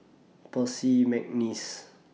Percy Mcneice